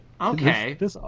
okay